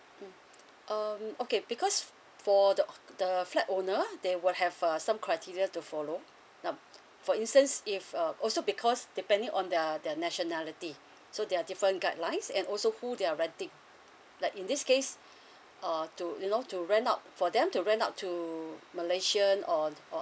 mm uh okay because for the the flat owner they will have a some criteria to follow uh for instance if a also because depending on their their nationality so they're different guidelines and also who they are renting like in this case err to you know to rent out for them to rent out to malaysian or or